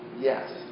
Yes